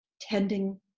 tending